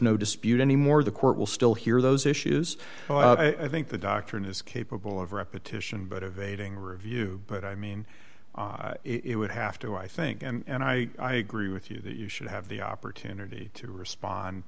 no dispute anymore the court will still hear those issues i think the doctrine is capable of repetition but evading review but i mean it would have to i think and i agree with you that you should have the opportunity to respond